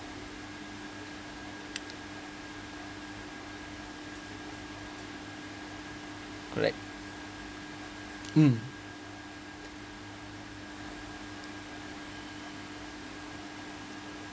correct mm